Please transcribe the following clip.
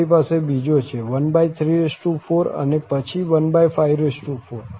આપણી પાસે બીજો છે 134 અને પછી 154 અને વગેરે